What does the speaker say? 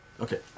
Okay